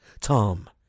Tom